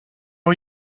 are